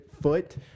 foot